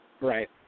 Right